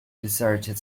deserted